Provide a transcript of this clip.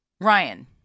Ryan